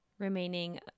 remaining